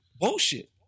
bullshit